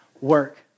work